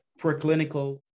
preclinical